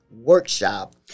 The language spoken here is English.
Workshop